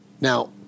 Now